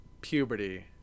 puberty